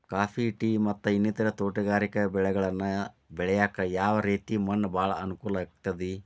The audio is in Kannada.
ಕಾಫಿ, ಟೇ, ಮತ್ತ ಇನ್ನಿತರ ತೋಟಗಾರಿಕಾ ಬೆಳೆಗಳನ್ನ ಬೆಳೆಯಾಕ ಯಾವ ರೇತಿ ಮಣ್ಣ ಭಾಳ ಅನುಕೂಲ ಆಕ್ತದ್ರಿ?